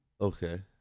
Okay